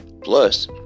Plus